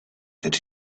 that